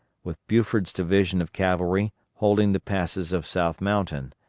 with buford's division of cavalry holding the passes of south mountain,